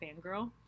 Fangirl